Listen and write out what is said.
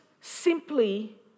simply